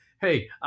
hey